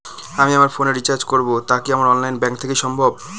আমি আমার ফোন এ রিচার্জ করব টা কি আমার অনলাইন ব্যাংক থেকেই সম্ভব?